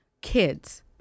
kids